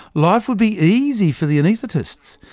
life would be easy for the anaesthetists.